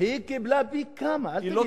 היא קיבלה פי כמה, אל תגיד לי.